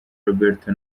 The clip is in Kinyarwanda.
roberto